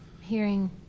hearing